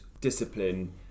discipline